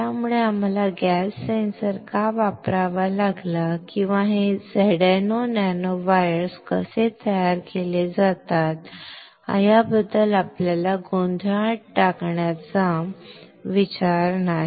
त्यामुळे आम्हाला gas sensor का वापरावा लागला किंवा हे ZnO नॅनोवायर्स कसे तयार केले जातात याबद्दल आपल्याला गोंधळात टाकण्याचा विचार नाही